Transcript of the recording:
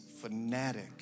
fanatic